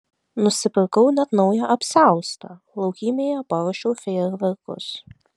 nusipirkau net naują apsiaustą laukymėje paruošiau fejerverkus